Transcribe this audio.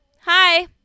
Hi